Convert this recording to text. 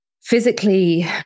physically